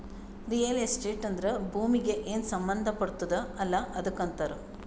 real estate ಅಂದ್ರ ಭೂಮೀಗಿ ಏನ್ ಸಂಬಂಧ ಪಡ್ತುದ್ ಅಲ್ಲಾ ಅದಕ್ ಅಂತಾರ್